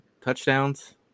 touchdowns